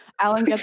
Alan